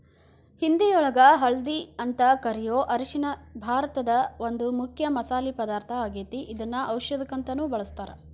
ಹಿಂದಿಯೊಳಗ ಹಲ್ದಿ ಅಂತ ಕರಿಯೋ ಅರಿಶಿನ ಭಾರತದ ಒಂದು ಮುಖ್ಯ ಮಸಾಲಿ ಪದಾರ್ಥ ಆಗೇತಿ, ಇದನ್ನ ಔಷದಕ್ಕಂತಾನು ಬಳಸ್ತಾರ